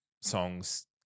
songs